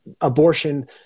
Abortion